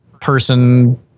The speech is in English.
person